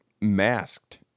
Masked